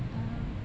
uh